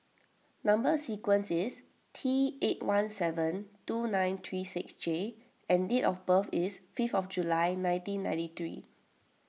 Number Sequence is T eight one seven two nine three six J and date of birth is five July nineteen ninety three